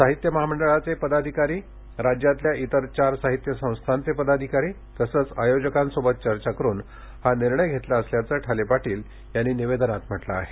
साहित्य महामंडळाचे पदाधिकारी राज्यातल्या इतर चार साहित्य संस्थाचे पदाधिकारी तसंच आयोजकांशी चर्चा करुन हा निर्णय घेतला असल्याचं ठाले पाटील यांनी या निवेदनात म्हटलं आहे